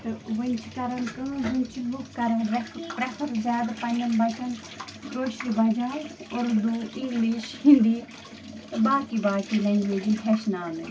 تہٕ وٕنۍ چھِ کَران کٲم وٕنۍ چھُس بہٕ کَران پرٛٮ۪فر زیادٕ پنٛنٮ۪ن پچن کٲشرِ بَجاے اُردو اِنٛگلِش ہِندی باقی باقی لینٛگویج یِنۍ ہٮ۪چھناونہٕ